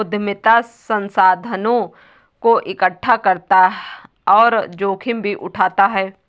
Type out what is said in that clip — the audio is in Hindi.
उद्यमिता संसाधनों को एकठ्ठा करता और जोखिम भी उठाता है